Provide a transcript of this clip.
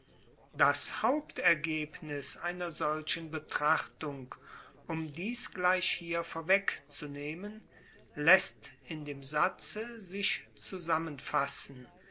das hauptergebnis einer solchen betrachtung um dies gleich hier vorwegzunehmen laesst in dem satze sich zusammenfassen